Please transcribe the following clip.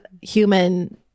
human